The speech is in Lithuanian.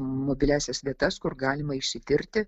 mobiliąsias vietas kur galima išsitirti